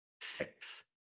six